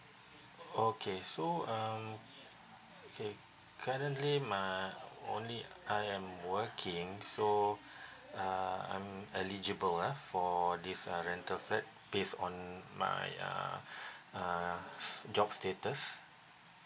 okay so um okay currently my only uh I am working so uh I'm eligible ah for this uh rental flat based on my uh uh job status